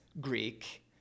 Greek